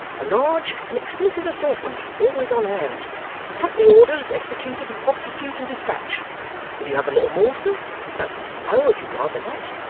a large and extensive assortment always on hand country orders executed with promptitude and despatch will you have a little more, sir don't say no, if you'd rather not